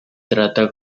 trata